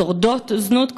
שורדות זנות,